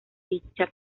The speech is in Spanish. dicha